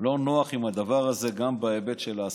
לא נוח עם הדבר הזה גם בהיבט של ההסתה.